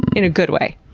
in a good way.